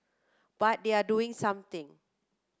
but they are doing something